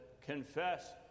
confess